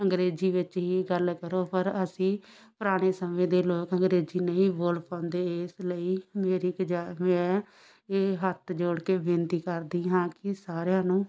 ਅੰਗਰੇਜ਼ੀ ਵਿੱਚ ਹੀ ਗੱਲ ਕਰੋ ਪਰ ਅਸੀਂ ਪੁਰਾਣੇ ਸਮੇਂ ਦੇ ਲੋਕ ਅੰਗਰੇਜ਼ੀ ਨਹੀਂ ਬੋਲ ਪਾਉਂਦੇ ਇਸ ਲਈ ਮੇਰੀ ਇਹ ਹੱਥ ਜੋੜ ਕੇ ਬੇਨਤੀ ਕਰਦੀ ਹਾਂ ਕਿ ਸਾਰਿਆਂ ਨੂੰ